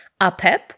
Apep